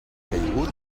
caigut